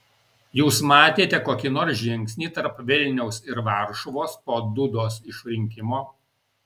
jūs matėte kokį nors žingsnį tarp vilniaus ir varšuvos po dudos išrinkimo